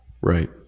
Right